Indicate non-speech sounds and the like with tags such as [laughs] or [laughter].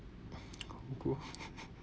grow [laughs]